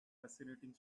fascinating